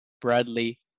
Bradley